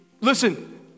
Listen